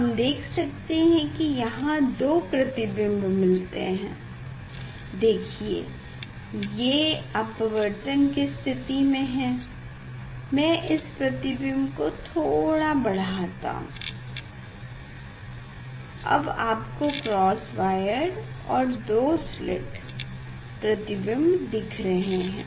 हम देख सकते हैं यहाँ 2 प्रतिबिंब मिलते हैं देखिए ये अपवर्तन की स्थिति में है मैं इस प्रतबिम्ब को थोड़ा बढाता हूँ अब आपको क्रॉस वायर और दो स्लिट प्रतिबिंब दिख रहे हैं